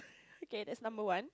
okay that's number one